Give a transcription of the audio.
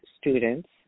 students